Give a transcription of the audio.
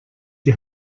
die